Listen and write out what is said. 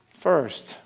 First